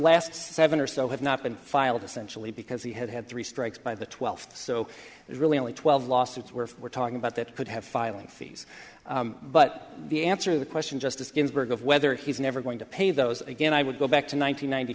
last seven or so have not been filed essentially because he had had three strikes by the twelfth so there's really only twelve lawsuits were we're talking about that could have filing fees but the answer the question justice ginsburg of whether he's never going to pay those again i would go back to